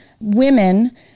women